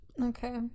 okay